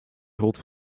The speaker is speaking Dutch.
groot